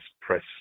press